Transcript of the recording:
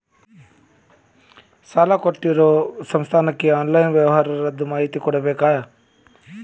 ಸಾಲಾ ಕೊಟ್ಟಿರೋ ಸಂಸ್ಥಾಕ್ಕೆ ಆನ್ಲೈನ್ ವ್ಯವಹಾರದ್ದು ಮಾಹಿತಿ ಕೊಡಬೇಕಾ?